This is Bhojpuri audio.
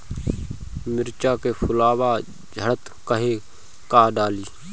मिरचा के फुलवा झड़ता काहे का डाली?